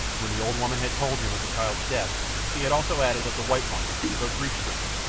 when the old woman had told him of the child's death she had also added that the white woman, though grief-stricken,